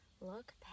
Look